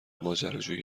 ماجراجویی